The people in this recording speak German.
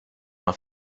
auf